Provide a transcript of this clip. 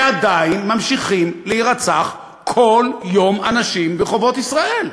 ועדיין ממשיכים להירצח כל יום אנשים ברחובות ישראל.